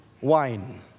wine